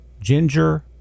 ginger